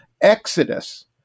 Exodus